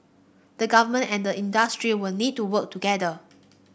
the government and the industry will need to work together